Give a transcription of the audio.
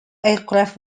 aircraft